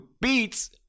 beats